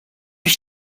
ich